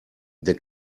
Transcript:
der